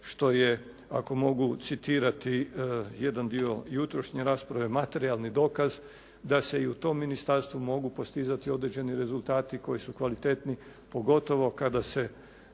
što je ako mogu citirati jedan dio jutrošnje rasprave materijalni dokaz da se i u tom ministarstvu mogu postizati određeni rezultati koji su kvalitetni, pogotovo kada se